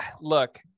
Look